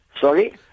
Sorry